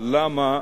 למה